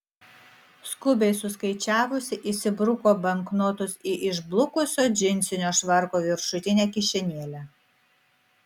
skubiai suskaičiavusi įsibruko banknotus į išblukusio džinsinio švarko viršutinę kišenėlę